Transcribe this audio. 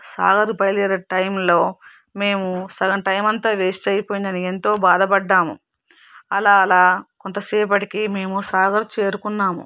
సాగర్ బయలుదేరే టైంలో మేము సగం టైం అంతా వేస్ట్ అయిపోయిందని ఎంతో బాధపడ్డాము అలా అలా కొంతసేపటికి మేము సాగర్ చేరుకున్నాము